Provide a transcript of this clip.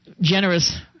generous